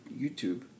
YouTube